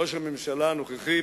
ראש הממשלה הנוכחי,